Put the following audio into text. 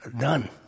done